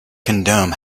condone